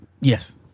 Yes